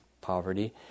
poverty